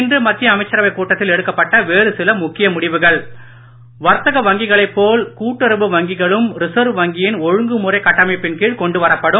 இன்று மத்திய அமைச்சரவை கூட்டத்தில் எடுக்கப்பட்ட வேறு சில முக்கிய முடிவுகள் வர்த்தக வங்கிகளைப் போல கூட்டுறவு வங்கிகளும் ரிசர்வ் வங்கியின் ஒழுங்குமுறை கட்டமைப்பின் கீழ் கொண்டு வரப்படும்